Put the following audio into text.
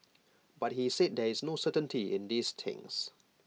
but he said there is no certainty in these things